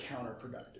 counterproductive